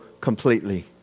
completely